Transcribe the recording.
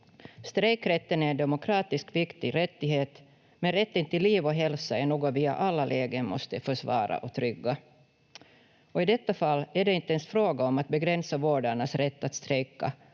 Strejkrätten är en demokratiskt viktig rättighet, men rätten till liv och hälsa är något vi i alla lägen måste försvara och trygga. I detta fall är det inte ens fråga om att begränsa vårdarnas rätt att strejka,